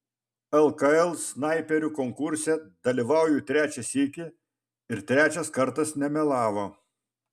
lkl snaiperių konkurse dalyvauju trečią sykį ir trečias kartas nemelavo